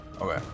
Okay